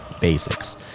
Basics